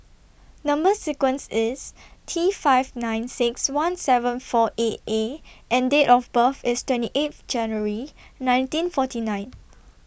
Number sequence IS T five nine six one seven four eight A and Date of birth IS twenty eighth January nineteen forty nine